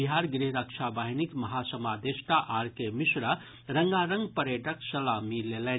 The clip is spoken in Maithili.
बिहार गृह रक्षा वाहिनीक महासमादेष्टा आर के मिश्रा रंगारंग परेडक सलामी लेलनि